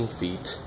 feet